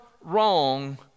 wrong